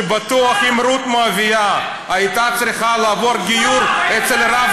שבטוח שאם רות המואבייה הייתה צריכה לעבור גיור אצל הרב